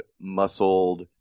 muscled